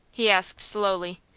he asked, slowly.